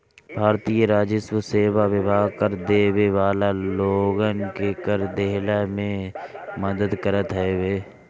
भारतीय राजस्व सेवा विभाग कर देवे वाला लोगन के कर देहला में मदद करत हवे